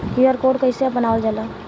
QR code कइसे बनवाल जाला?